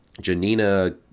Janina